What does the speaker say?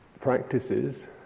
practices